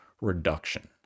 reduction